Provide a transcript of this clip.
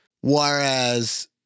Whereas